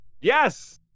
Yes